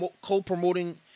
co-promoting